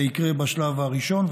זה יקרה בשלב הראשון,